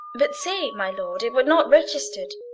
but say, my lord, it were not register'd,